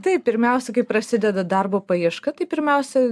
taip pirmiausia kai prasideda darbo paieška tai pirmiausia